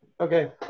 Okay